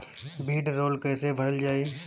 भीडरौल कैसे भरल जाइ?